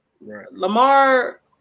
Lamar